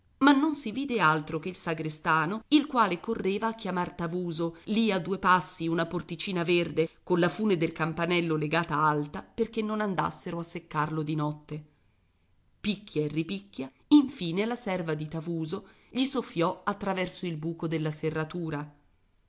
ma non si vide altro che il sagrestano il quale correva a chiamare tavuso lì a due passi una porticina verde colla fune del campanello legata alta perché non andassero a seccarlo di notte picchia e ripicchia infine la serva di tavuso gli soffiò attraverso il buco della serratura